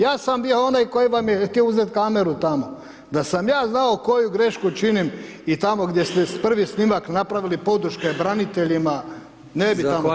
Ja sam bio onaj koji vam je htio uzet kameru tamo, da sam ja znao koju grešku činim i tamo gdje ste prvi snimak napravili podrške braniteljima, ne bi tamo to snimali.